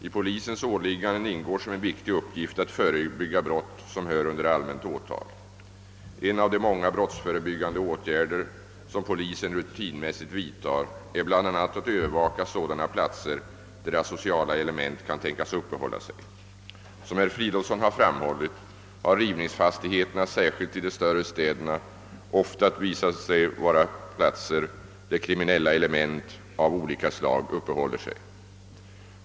I polisens åligganden ingår som en viktig uppgift att förebygga brott som hör under allmänt åtal. En av de många brottsförebyggande åtgärder som polisen rutinmässigt vidtar är bl.a. att övervaka sådana platser, där asociala element kan tänkas uppehålla sig. Som herr Fridolfsson har framhållit, har rivningsfastigheterna särskilt i de större städerna ofta visat sig vara platser där kriminella element av olika slag uppehåller sig.